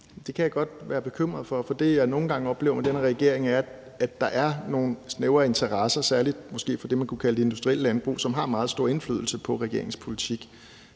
Der kan jeg godt være bekymret. For det, jeg nogle gange oplever med den her regering, er, at der er nogle snævre interesser, særlig måske hos det, man kunne kalde det industrielle landbrug, som har meget stor indflydelse på regeringens politik,